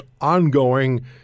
ongoing